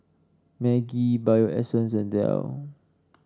Maggi Bio Essence and Dell